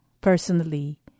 personally